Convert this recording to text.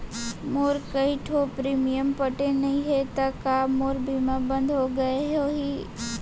मोर कई ठो प्रीमियम पटे नई हे ता का मोर बीमा बंद हो गए होही?